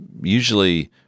usually